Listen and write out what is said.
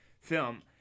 film